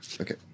Okay